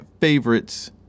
favorites